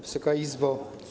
Wysoka Izbo!